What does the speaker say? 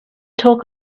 talk